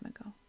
ago